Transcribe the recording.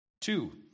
Two